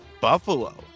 buffalo